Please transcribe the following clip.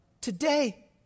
today